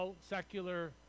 secular